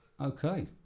okay